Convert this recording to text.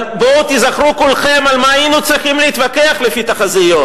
אבל בואו ותיזכרו כולכם על מה היינו צריכים להתווכח לפי התחזיות: